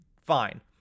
Fine